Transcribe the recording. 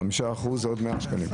חמישה עשר אחוז זה עוד 100 שקלים.